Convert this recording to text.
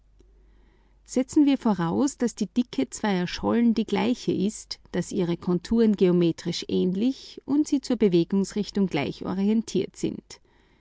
setzen wir voraus daß die dicke zweier schollen die gleiche ist daß ihre konturen geometrisch ähnlich und sie zur bewegungsrichtung gleich orientiert sind